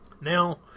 now